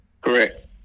Correct